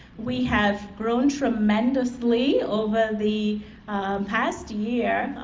we have grown tremendously over the past year,